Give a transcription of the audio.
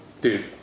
dude